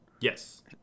Yes